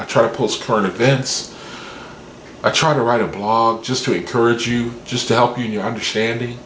i try to post turn of events i try to write a blog just to encourage you just to help you in your understanding